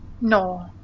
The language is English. No